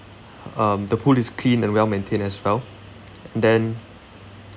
um the pool is clean and well maintained as well and then